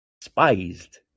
despised